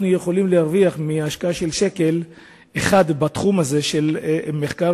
יכולים להרוויח מהשקעה של שקל אחד בתחום הזה של מחקר